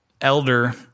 elder